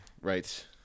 Right